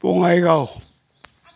Bongaigaon